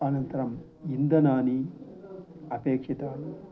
अनन्तरं इन्दनानि अपेक्षितानि